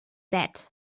that